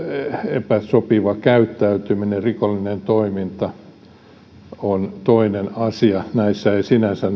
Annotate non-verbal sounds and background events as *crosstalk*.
epäsopiva käyttäytyminen rikollinen toiminta on toinen asia näissä yrityssalaisuuksissa ei sinänsä *unintelligible*